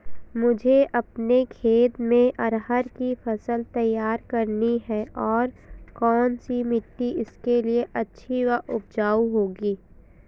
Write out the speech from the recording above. मुझे अपने खेत में अरहर की फसल तैयार करनी है और कौन सी मिट्टी इसके लिए अच्छी व उपजाऊ होगी?